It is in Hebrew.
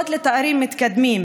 און-ליין.